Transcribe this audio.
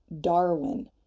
Darwin